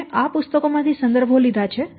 મેં આ પુસ્તકો માંથી સંદર્ભો લીધા છે